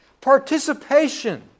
Participation